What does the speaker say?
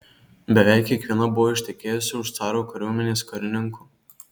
beveik kiekviena buvo ištekėjusi už caro kariuomenės karininko